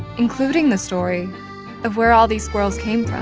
including the story of where all these squirrels came from